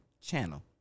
channel